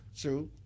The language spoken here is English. true